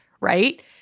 right